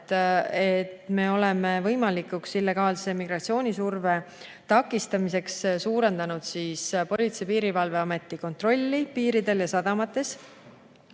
et me oleme võimalikuks illegaalse migratsiooni surve takistamiseks suurendanud Politsei- ja Piirivalveameti kontrolli piiridel ja sadamates.